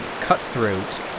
Cutthroat